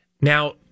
Now